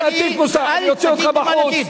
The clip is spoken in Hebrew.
אני אוציא אותך בחוץ.